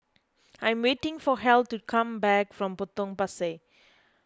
I'm waiting for Heath to come back from Potong Pasir